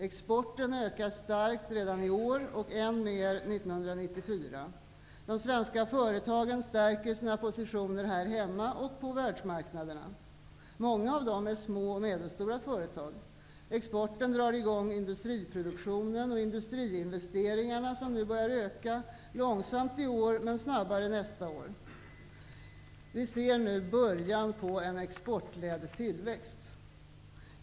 Exporten ökar starkt redan i år och än mer 1994. De svenska företagen stärker sina positioner här hemma och på världsmarknaderna. Många av dem är små och medelstora företag. Exporten drar i gång industriproduktionen och industriinvesteringarna, som nu börjar öka, långsamt i år men snabbare nästa år. Vi ser nu början på en exportledd tillväxt.